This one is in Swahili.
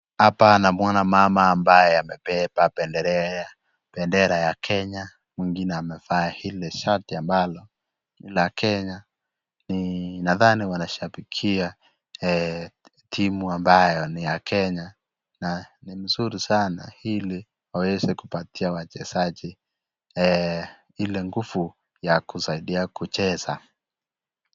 Hapa namuona mama ambaye amebeba bendera ya Kenya, mwingine amevaa ile shati ambalo ni la Kenya, ninadhani wanashabikia team ambayo ni ya Kenya, na ni mzuri sana ili waweze kupatia wachezaji ile nguvu ya kusaidia kucheza.